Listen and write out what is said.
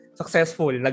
successful